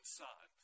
son